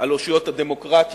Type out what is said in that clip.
על אושיות הדמוקרטיה,